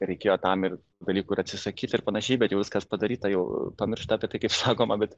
reikėjo tam ir dalykų ir atsisakyti ir panašiai bet jau viskas padaryta jau pamiršta apie tai kaip sakoma bet